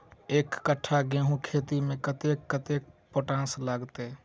एक कट्ठा गेंहूँ खेती मे कतेक कतेक पोटाश लागतै?